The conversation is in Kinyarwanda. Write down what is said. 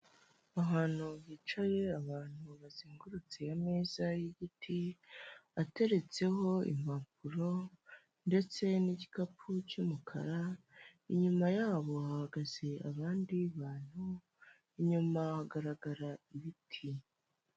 Ahantu hicaye abantu bazengurutse ameza y'igiti, ateretseho impapuro ndetse n'igikapu cy'umukara, inyuma yabo hagaze abandi bantu, inyuma hagaragara ibiti.